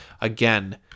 again